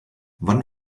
wann